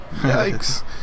Yikes